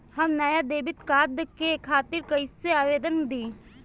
हम नया debit card के खातिर कइसे आवेदन दीं?